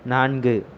நான்கு